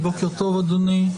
בוקר טוב, אדוני.